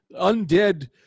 undead